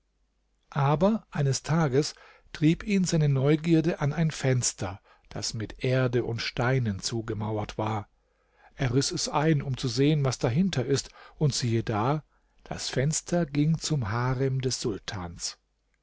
aber eines tages trieb ihn seine neugierde an ein fenster das mit erde und steinen zugemauert war er riß es ein um zu sehen was dahinter ist und siehe da das fenster ging zum harem des sultans